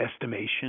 estimation